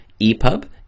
EPUB